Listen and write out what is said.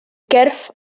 gyrff